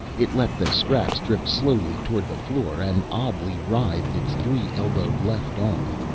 it let the scraps drift slowly toward the floor and oddly writhed its three-elbowed left arm.